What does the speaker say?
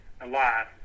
alive